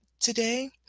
today